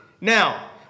Now